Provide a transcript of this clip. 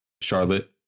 Charlotte